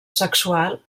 sexual